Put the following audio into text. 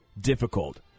difficult